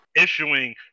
issuing